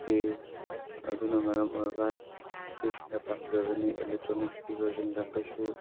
ꯆꯦ ꯑꯗꯨꯅ ꯃꯔꯝ ꯑꯣꯏꯔꯒ ꯆꯦ ꯁꯤꯅ ꯄꯥꯝꯖꯕꯅꯤ ꯏꯂꯦꯛꯇ꯭ꯔꯣꯅꯤꯛꯁꯀꯤ ꯚꯔꯖꯟꯗ ꯀꯩꯁꯨ